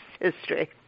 history